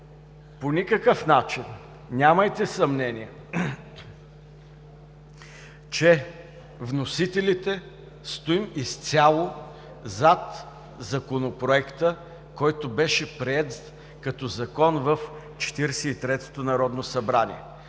По никакъв начин нямайте съмнение, че вносителите стоим изцяло зад Законопроекта, който беше приет като Закон в 43-то Народно събрание.